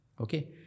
Okay